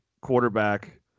quarterback